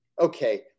Okay